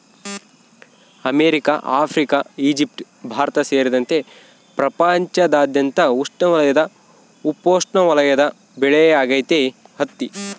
America Africa Egypt Bharat ಸೇರಿದಂತೆ ಪ್ರಪಂಚದಾದ್ಯಂತ ಉಷ್ಣವಲಯದ ಉಪೋಷ್ಣವಲಯದ ಬೆಳೆಯಾಗೈತಿ ಹತ್ತಿ